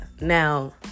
Now